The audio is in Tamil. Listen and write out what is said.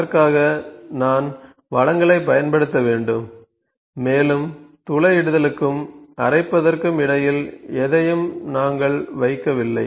அதற்காக நான் வளங்களைப் பயன்படுத்த வேண்டும் மேலும் துளையிடுதலுக்கும் அரைப்பதற்கும் இடையில் எதையும் நாங்கள் வைக்கவில்லை